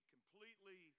Completely